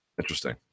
Interesting